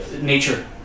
nature